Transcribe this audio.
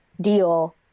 deal